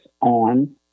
on